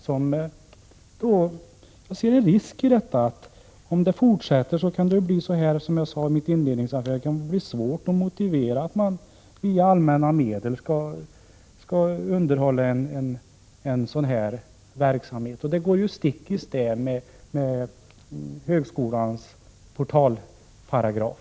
Jag ser en risk i detta. Om det fortsätter, kan det, som jag sade i mitt inledningsanförande, bli svårt att motivera att vi med allmänna medel skall underhålla en sådan här verksamhet. Det går ju stick i stäv med högskolans portalparagraf.